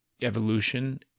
evolution